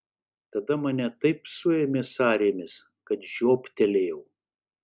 tada mane taip suėmė sąrėmis kad žioptelėjau